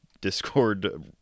Discord